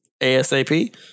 ASAP